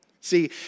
See